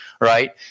right